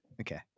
Okay